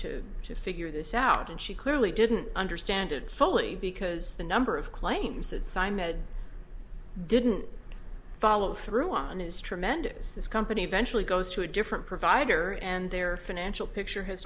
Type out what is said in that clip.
to to figure this out and she clearly didn't understand it fully because the number of claims that sign med didn't follow through on is tremendous this company eventually goes to a different provider and their financial picture h